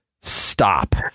stop